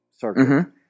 circuit